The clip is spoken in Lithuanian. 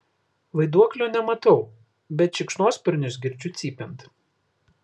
vaiduoklio nematau bet šikšnosparnius girdžiu cypiant